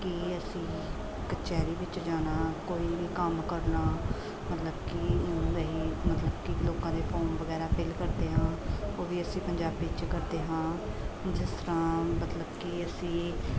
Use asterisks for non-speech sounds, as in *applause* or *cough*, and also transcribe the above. ਕਿ ਅਸੀਂ ਕਚਹਿਰੀ ਵਿੱਚ ਜਾਣਾ ਕੋਈ ਵੀ ਕੰਮ ਕਰਨਾ ਮਤਲਬ ਕਿ *unintelligible* ਮਤਲਬ ਕਿ ਲੋਕਾਂ ਦੇ ਫੋਰਮ ਵਗੈਰਾ ਫਿਲ ਕਰਦੇ ਹਾਂ ਉਹ ਵੀ ਅਸੀਂ ਪੰਜਾਬੀ 'ਚ ਕਰਦੇ ਹਾਂ ਜਿਸ ਤਰ੍ਹਾਂ ਮਤਲਬ ਕਿ ਅਸੀਂ